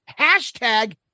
hashtag